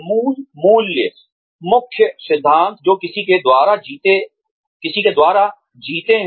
मूल मूल्य मुख्य सिद्धांत जो किसी के द्वारा जीते हैं